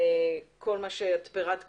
כל מה שפורט כאן,